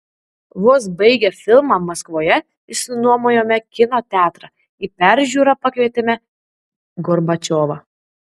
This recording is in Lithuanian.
vos baigę filmą maskvoje išsinuomojome kino teatrą į peržiūrą pakvietėme gorbačiovą